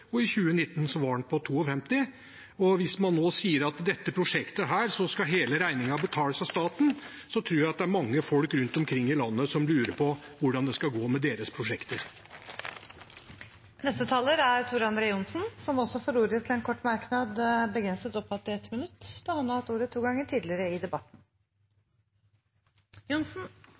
Hvis man nå sier at for dette prosjektet skal hele regningen betales av staten, tror jeg det er mange folk rundt omkring i landet som lurer på hvordan det skal gå med deres prosjekter. Representanten Tor André Johnsen har hatt ordet to ganger tidligere i debatten og får ordet til en kort merknad, begrenset til 1 minutt. Til representanten Fasteraune fra Senterpartiet vil jeg først si at jeg kan bekrefte at han har